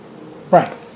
Right